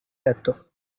letto